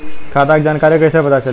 खाता के जानकारी कइसे पता चली?